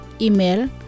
Email